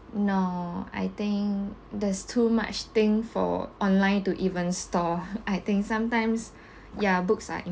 no I think there's too much thing for online to even store I think sometimes ya books are